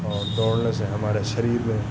और दौड़ने से हमारे शरीर में